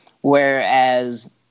Whereas